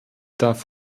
darf